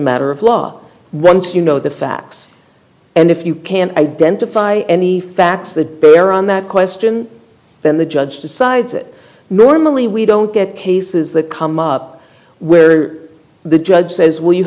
matter of law once you know the facts and if you can't identify any facts that bear on that question then the judge decides it normally we don't get cases that come up where the judge says well you